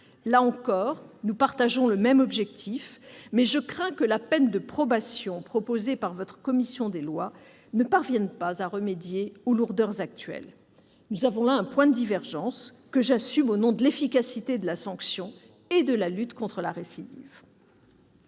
Là encore, nous partageons le même objectif, mais je crains que la peine de probation proposée par votre commission des lois ne permette pas de remédier aux lourdeurs actuelles. Nous avons là un point de divergence, que j'assume au nom de l'efficacité de la sanction et de la lutte contre la récidive.